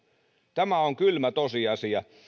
tämä on kylmä tosiasia